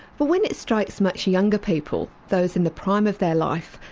but when it strikes much younger people, those in the prime of their life,